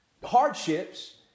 Hardships